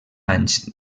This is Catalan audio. anys